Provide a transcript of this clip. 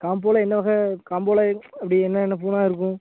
காம்போவில என்ன வகை காம்போவில அப்படி என்னென்ன பூ எல்லாம் இருக்கும்